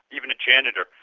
even a janitor.